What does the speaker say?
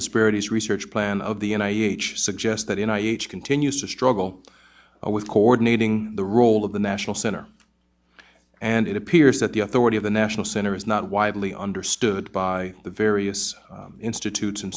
disparities research plan of the n i m h suggests that in i h continues to struggle with coordinating the role of the national center and it appears that the authority of the national center is not widely understood by the various institute